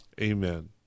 Amen